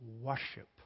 worship